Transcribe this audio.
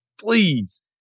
Please